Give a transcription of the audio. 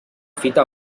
fita